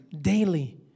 daily